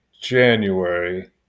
January